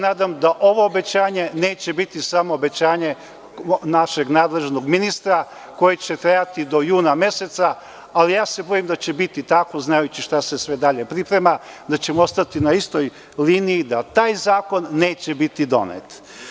Nadam se da ovo obećanje neće biti samo obećanje našeg nadležnog ministra, koje će trajati do juna mesec, ali ja se bojim da će biti tako znajući šta se sve dalje priprema, da ćemo ostati na istoj liniji, da taj zakon neće biti donet.